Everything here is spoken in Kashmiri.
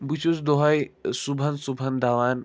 بہٕ چھُس دۄہَے صُبحَن صُبحَن دوان